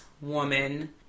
woman